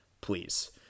Please